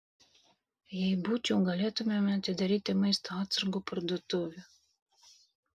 jei būčiau galėtumėme atidaryti maisto atsargų parduotuvę